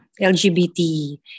LGBT